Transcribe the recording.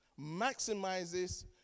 maximizes